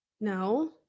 no